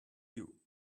you